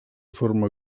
forma